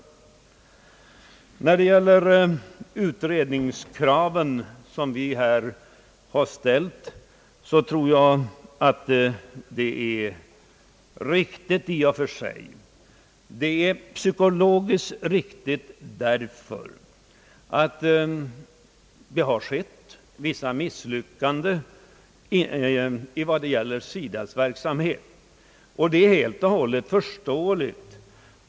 När det gäller de utredningskrav som vi här ställt tror jag att det i och för sig är psykologiskt riktigt att framställa dem, därför att det förekommit vissa misslyckanden i SIDA:s verksamhet, och det är fullt förståeligt att så skett.